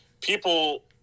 people